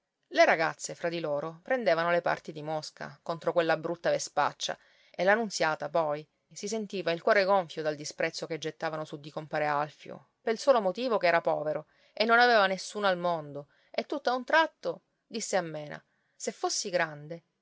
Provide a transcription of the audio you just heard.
le ragazze fra di loro prendevano le parti di mosca contro quella brutta vespaccia e la nunziata poi si sentiva il cuore gonfio dal disprezzo che gettavano su di compare alfio pel solo motivo che era povero e non aveva nessuno al mondo e tutto a un tratto disse a mena se fossi grande